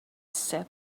said